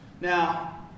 Now